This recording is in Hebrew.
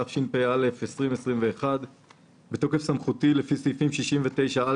התשפ"א-2021 "בתוקף סמכותי לפי סעיפים 69א